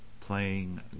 playing